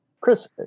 Chris